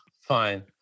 fine